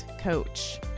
coach